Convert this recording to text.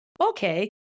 Okay